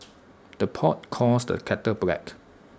the pot calls the kettle black